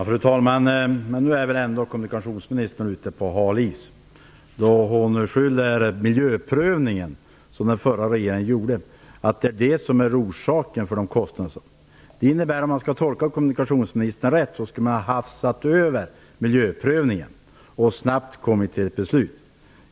Fru talman! Kommunikationsministern är ute på hal is när hon påstår att den miljöprövning som den förra regeringen gjorde var orsaken till kostnaderna. Det innebär att hon menar att man skulle ha hafsat över miljöprövningen för att snabbt komma fram till ett beslut.